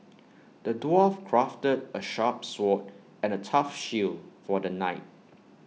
the dwarf crafted A sharp sword and A tough shield for the knight